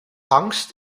angst